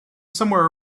somewhere